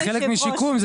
זה חלק משיקום .